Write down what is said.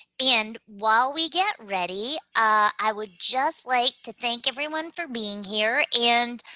and while we get ready, i would just like to thank everyone for being here. and